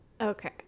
Okay